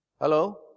Hello